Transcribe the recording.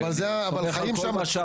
בעצמך.